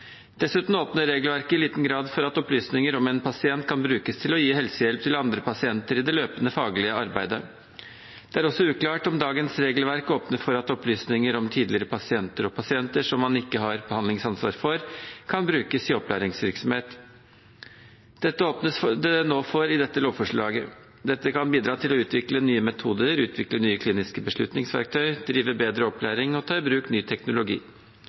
Dessuten åpner regelverket i liten grad for at opplysninger om en pasient kan brukes til å gi helsehjelp til andre pasienter i det løpende faglige arbeidet. Det er også uklart om dagens regelverk åpner for at opplysninger om tidligere pasienter og pasienter som man ikke har behandlingsansvar for, kan brukes i opplæringsvirksomhet. Dette åpnes det nå for i dette lovforslaget. Dette kan bidra til å utvikle nye metoder, utvikle nye kliniske beslutningsverktøy, drive bedre opplæring og ta i bruk ny teknologi.